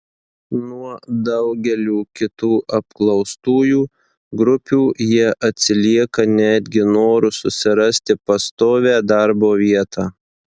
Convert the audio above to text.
nuo daugelių kitų apklaustųjų grupių jie atsilieka netgi noru susirasti pastovią darbo vietą